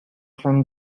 from